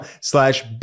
slash